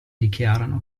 dichiarano